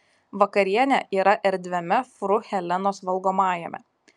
vakarienė yra erdviame fru helenos valgomajame